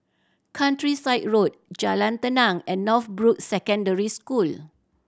Countryside Road Jalan Tenang and Northbrooks Secondary School